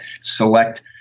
select